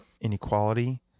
inequality